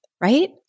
right